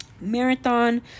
marathon